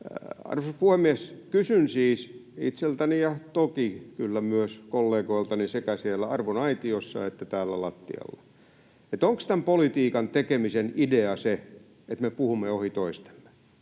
Arvoisa puhemies! Kysyn siis itseltäni ja toki kyllä myös kollegoiltani sekä siellä arvon aitiossa että täällä lattialla: Onko tämän politiikan tekemisen idea se, että me puhumme ohi toistemme?